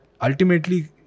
ultimately